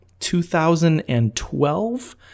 2012